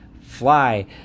fly